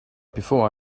before